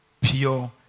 Pure